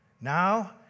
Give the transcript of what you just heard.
Now